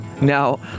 now